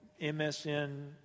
MSN